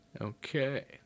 Okay